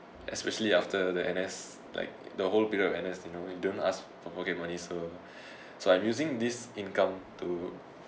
especially after the N_S like the whole period N_S you know we don't ask for pocket money so so I'm using this income to